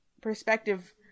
perspective